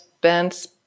bands